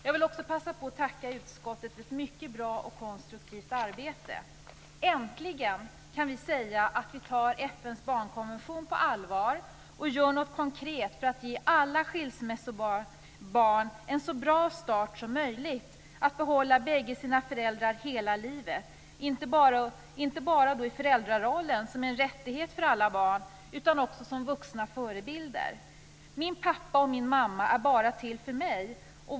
Jag vill också passa på att tacka utskottet för ett mycket bra och konstruktivt arbete. Äntligen kan vi säga att vi tar FN:s barnkonvention på allvar och gör något konkret för att ge alla skilsmässobarn en så bra start som möjligt när det gäller att behålla bägge sina föräldrar hela livet inte bara i föräldrarollen, som är en rättighet för alla barn, utan också som vuxna förebilder. Min pappa och min mamma är bara till för mig.